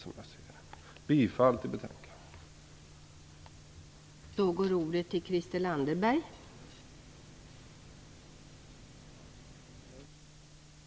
Jag yrkar bifall till utskottets hemställan.